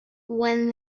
when